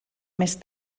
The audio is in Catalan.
més